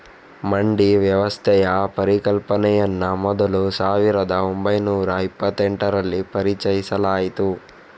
ಮಂಡಿ ವ್ಯವಸ್ಥೆಯ ಪರಿಕಲ್ಪನೆಯನ್ನ ಮೊದಲು ಸಾವಿರದ ಒಂಬೈನೂರ ಇಪ್ಪತೆಂಟರಲ್ಲಿ ಪರಿಚಯಿಸಲಾಯ್ತು